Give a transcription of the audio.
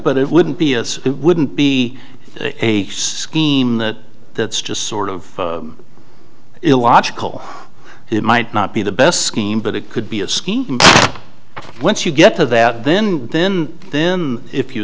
but it wouldn't be as it wouldn't be a scheme that that's just sort of illogical it might not be the best scheme but it could be a scheme once you get to that then then then if you